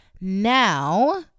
now